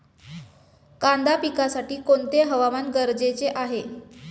कांदा पिकासाठी कोणते हवामान गरजेचे आहे?